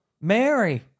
Mary